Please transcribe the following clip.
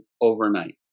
overnight